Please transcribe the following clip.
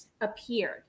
appeared